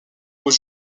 aux